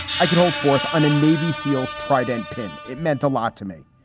i can hold forth on a navy seals trident pin. it meant a lot to me.